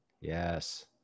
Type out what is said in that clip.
Yes